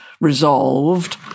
resolved